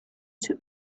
two